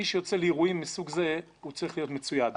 מי שיוצא לאירועים מסוג זה צריך להיות מצויד.